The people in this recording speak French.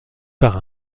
par